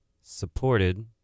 supported